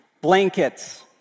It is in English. blankets